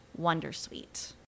Wondersuite